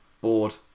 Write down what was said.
bored